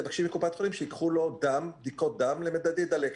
תבקשי מקופת חולים שייקחו לו בדיקות דם למדדי דלקת.